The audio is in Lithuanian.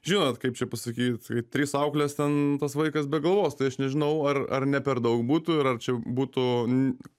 žinot kaip čia pasakyt kai trys auklės ten tas vaikas be galvos tai aš nežinau ar ar ne per daug būtų ir ar čia būtų n